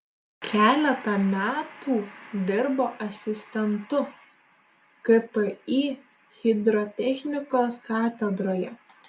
keletą metų dirbo asistentu kpi hidrotechnikos katedroje